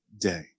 day